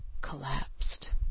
collapsed